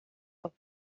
auf